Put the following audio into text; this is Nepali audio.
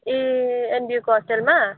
ए एनबियुको होस्टेलमा